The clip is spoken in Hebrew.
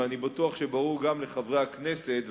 ואני בטוח שברור גם לחברי הכנסת,